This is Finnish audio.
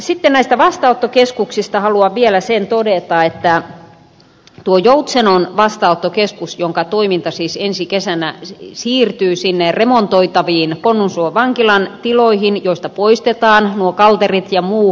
sitten näistä vastaanottokeskuksista haluan vielä sen todeta että tuon joutsenon vastaanottokeskuksen toiminta siis ensi kesänä siirtyy sinne remontoitaviin konnunsuon vankilan tiloihin joista poistetaan kalterit ja muu vankilanomaisuus